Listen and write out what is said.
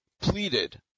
pleaded